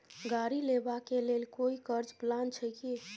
गाड़ी लेबा के लेल कोई कर्ज प्लान छै की?